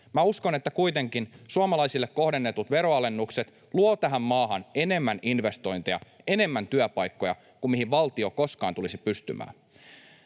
uskon, että kuitenkin suomalaisille kohdennetut veronalennukset luovat tähän maahan enemmän investointeja, enemmän työpaikkoja kuin mihin valtio koskaan tulisi pystymään.